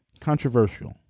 controversial